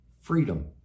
Freedom